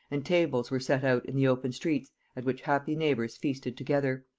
and tables were set out in the open streets at which happy neighbours feasted together.